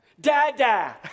Dada